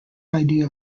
idea